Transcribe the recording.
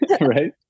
Right